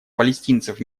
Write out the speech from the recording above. палестинцев